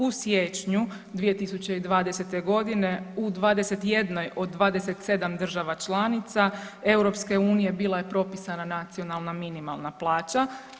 U siječnju 2020. godine u 21 od 27 država članica EU bila je propisana nacionalna minimalna plaća.